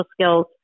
skills